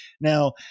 Now